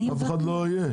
אף אחד לא יהיה.